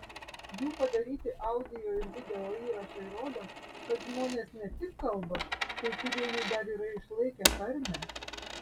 jų padaryti audio ir video įrašai rodo kad žmonės ne tik kalba kai kurie jų dar yra išlaikę tarmę